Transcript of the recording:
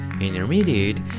intermediate